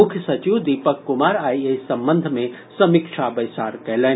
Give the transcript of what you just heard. मुख्य सचिव दीपक कुमार आइ एहि संबंध मे समीक्षा बैसार कयलनि